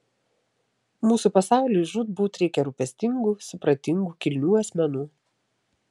mūsų pasauliui žūtbūt reikia rūpestingų supratingų kilnių asmenų